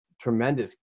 tremendous